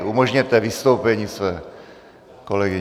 Umožněte vystoupení své kolegyni.